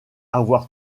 avoir